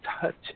touch